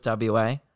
WA